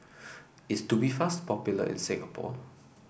is Tubifast popular in Singapore